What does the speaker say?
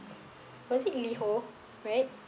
was is it Liho right